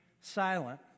silent